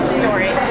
story